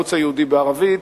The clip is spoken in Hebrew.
הערוץ הייעודי בערבית,